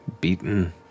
beaten